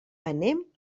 anem